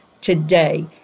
today